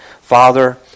Father